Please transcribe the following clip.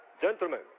gentlemen